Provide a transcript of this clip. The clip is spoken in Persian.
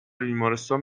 بیمارستان